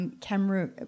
camera